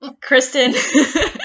kristen